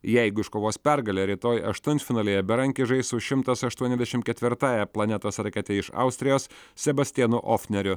jeigu iškovos pergalę rytoj aštuntfinalyje berankis žais su šimtas aštuoniasdešimt ketvirtąja planetos rakete iš austrijos sebastianu ofneriu